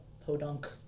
podunk